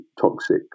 toxic